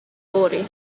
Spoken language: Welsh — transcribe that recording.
fory